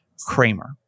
Kramer